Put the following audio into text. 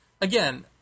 again